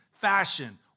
Fashion